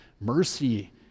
mercy